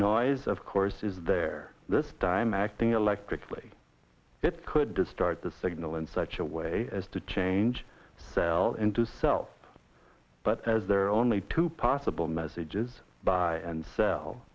noise of course is there this time acting electrically it could did start the signal in such a way as to change cell into self but as there are only two possible messages by and cell